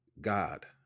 God